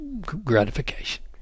gratification